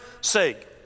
sake